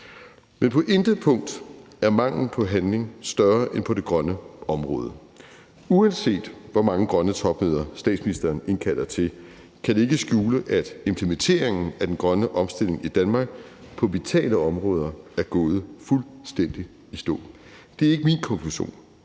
Men på intet punkt er manglen på handling større end på det grønne område. Uanset hvor mange grønne topmøder statsministeren indkalder til, kan det ikke skjule, at implementeringen af den grønne omstilling i Danmark på vitale områder er gået fuldstændig i stå. Det er ikke min konklusion;